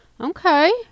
okay